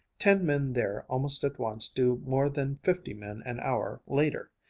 ten men there almost at once do more than fifty men an hour later.